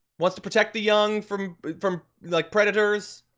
wants to protect the young from from like predators.